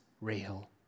real